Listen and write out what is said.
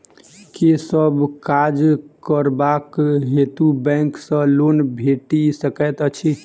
केँ सब काज करबाक हेतु बैंक सँ लोन भेटि सकैत अछि?